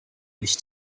nicht